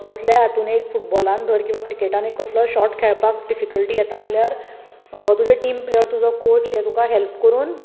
कसल्याय हातून एक फुटबाॅलान धर किंवां क्रिकेटान एक कसलोय शाॅट खेळपाक डिफिकल्टी येता जाल्यार तुजे टीम प्लेयर तुजे कॉच हे तुका हेल्प करून